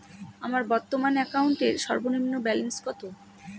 আমার বর্তমান অ্যাকাউন্টের সর্বনিম্ন ব্যালেন্স কত?